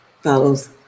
follows